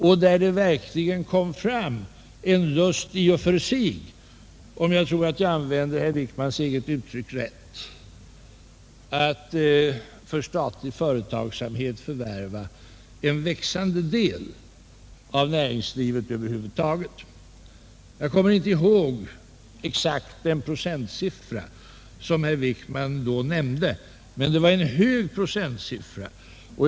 I den då angivna målsättningen kom verkligen fram en lust att — jag tror att jag använder herr Wickmans eget uttryck rätt — för statlig företagsamhet förvärva en växande del av näringslivet över huvud taget. Jag kommer inte ihåg exakt vilken procentsiffra, som herr Wickman då nämnde, men det var fråga om en hög siffra.